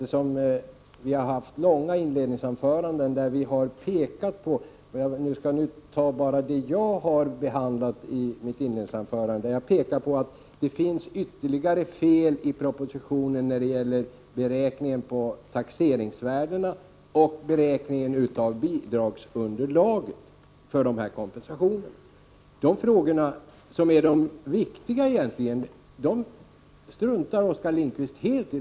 I mitt inledningsanförande pekar jag faktiskt på — även i andra långa inledningsanföranden i den här debatten pekar man på samma sak — att det finns ytterligare fel i propositionen när det gäller beräkningen av taxeringsvärdena och bidragsunderlaget för kompensationerna i detta sammanhang. Men de frågorna, som egentligen är de viktiga frågorna, struntar Oskar Lindkvist helt i.